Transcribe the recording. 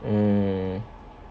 hmm